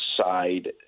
Side